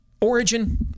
origin